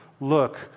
look